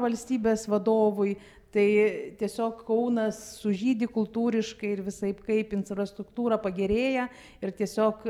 valstybės vadovui tai tiesiog kaunas sužydi kultūriškai ir visaip kaip infrastruktūrą pagerėja ir tiesiog